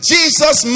Jesus